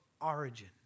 origin